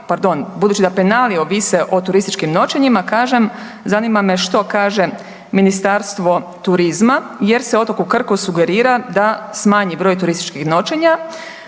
pardon, budući da penali ovise o turističkim noćenjima kažem, zanima me što kaže Ministarstvo turizma jer se otoku Krku sugerira da smanji broj turističkih noćenja